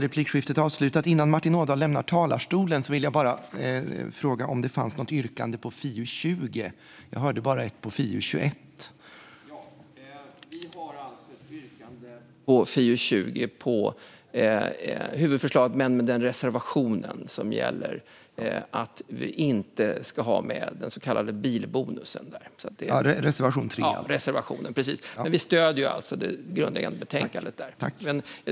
Vi har alltså ett yrkande på FiU20 på huvudförslaget med den reservation som gäller att vi inte ska ha med den så kallade bilbonusen. Det är reservation 3. Men vi stöder det grundläggande betänkandet.